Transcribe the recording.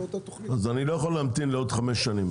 אז אני לא יכול להמתין לעוד חמש שנים.